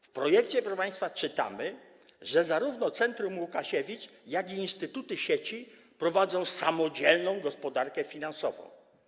W projekcie, proszę państwa, czytamy, że zarówno Centrum Łukasiewicz, jak i instytuty sieci prowadzą samodzielną gospodarkę finansową.